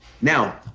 now